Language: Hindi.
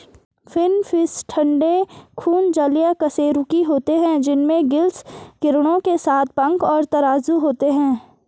फिनफ़िश ठंडे खून जलीय कशेरुकी होते हैं जिनमें गिल्स किरणों के साथ पंख और तराजू होते हैं